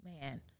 man